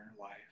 life